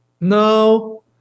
No